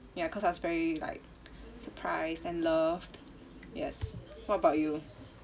ya cause I was very like surprised and loved yes what about you